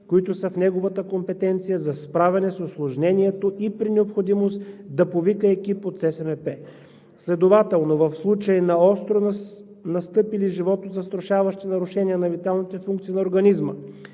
които са в неговата компетенция, за справяне с усложнението и при необходимост да повика екип от Центъра за спешна медицинска помощ. Следователно в случай на остро настъпили животозастрашаващи нарушения на виталните функции на организма,